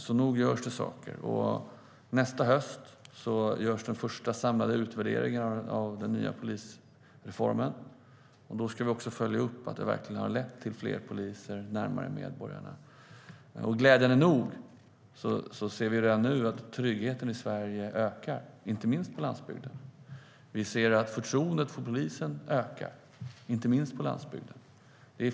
Så nog görs det saker. Nästa höst görs den första samlade utvärderingen av den nya polisreformen, och då ska vi också följa upp att den verkligen har lett till fler poliser närmare medborgarna. Glädjande nog ser vi redan nu att tryggheten i Sverige ökar, inte minst på landsbygden. Vi ser att förtroendet för polisen ökar, inte minst på landsbygden.